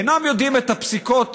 אינם יודעים את הפסיקות,